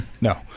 No